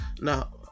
Now